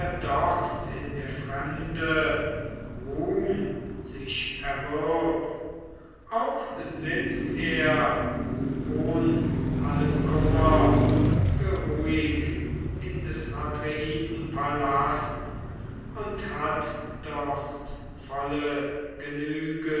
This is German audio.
dort in der fremde ruhm sich erwürb auch sitzt er ohn allen kummer geruhig in des atreiden palast und hat dort volle genüge